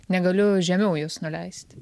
negaliu žemiau jos nuleisti